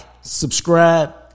subscribe